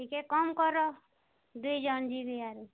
ଟିକିଏ କମ୍ କର ଦୁଇଜଣ ଯିବେ ଆରୁ